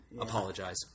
Apologize